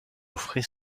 offrait